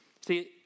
See